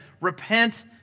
Repent